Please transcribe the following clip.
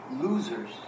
losers